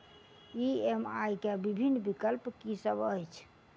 EMI केँ विभिन्न विकल्प की सब अछि